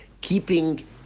Keeping